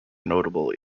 notable